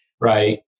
Right